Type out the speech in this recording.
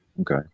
okay